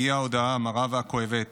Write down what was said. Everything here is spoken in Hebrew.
הגיעה ההודעה המרה והכואבת